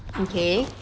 okay